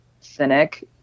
cynic